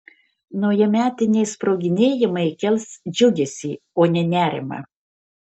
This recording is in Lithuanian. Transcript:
naujametiniai sproginėjimai kels džiugesį o ne nerimą